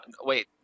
wait